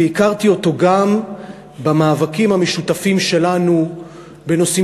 והכרתי אותו גם במאבקים המשותפים שלנו בנושאים